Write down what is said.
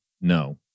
no